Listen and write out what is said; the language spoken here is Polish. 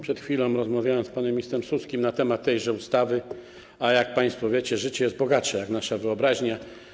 Przed chwilą rozmawiałem z panem ministrem Suskim na temat tejże ustawy, a jak państwo wiecie, życie jest bogatsze niż nasza wyobraźnia.